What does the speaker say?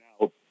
Now